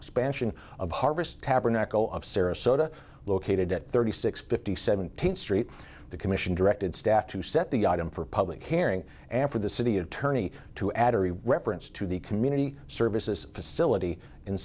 spanish in of harvest tabernacle of sarasota located at thirty six fifty seventeenth street the commission directed staff to set the item for a public hearing and for the city attorney to add a reference to the community services facility in